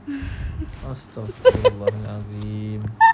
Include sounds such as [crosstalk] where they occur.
[laughs]